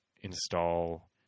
install